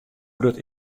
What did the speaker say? grut